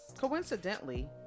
Coincidentally